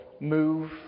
move